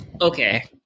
Okay